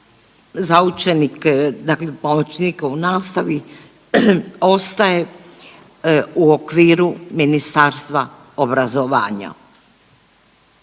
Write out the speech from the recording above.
za učenike, dakle pomoćnike u nastavi ostaje u okviru Ministarstva obrazovanja.